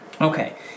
okay